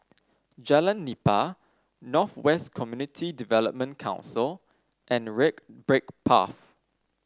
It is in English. Jalan Nipah North West Community Development Council and Red Brick Path